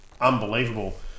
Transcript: unbelievable